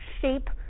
shape